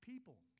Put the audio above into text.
People